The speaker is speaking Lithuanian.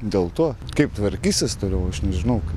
dėl to kaip tvarkysis toliau aš nežinau